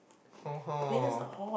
oh oh